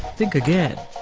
think again.